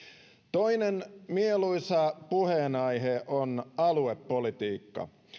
toinen mieluisa puheenaihe on aluepolitiikka